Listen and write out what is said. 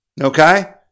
Okay